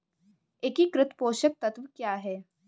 एकीकृत पोषक तत्व क्या है?